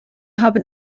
haben